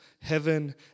heaven